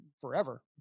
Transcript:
forever